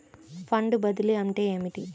Fund బదిలీ అంటే ఏమిటి?